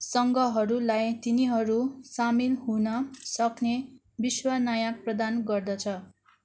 सङ्घहरूलाई तिनीहरू सामेल हुन सक्ने विश्व नायक प्रदान गर्दछ